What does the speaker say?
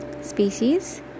species